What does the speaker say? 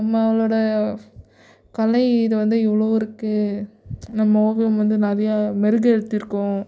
நம்மளோட கலை இது வந்து இவ்வளோ இருக்கு நம் மோகம் வந்து நிறையா மெருகேத்தியிருக்கோம்